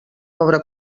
obra